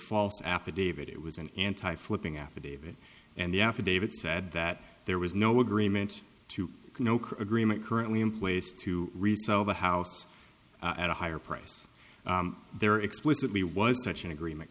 false affidavit it was an anti flipping affidavit and the affidavit said that there was no agreement to no agreement currently in place to resell the house at a higher price there explicitly was such an agreement